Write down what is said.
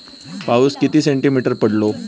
पाऊस किती सेंटीमीटर पडलो?